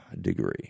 degree